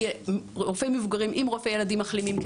רופאי מבוגרים ורופאי ילדים מחלימים,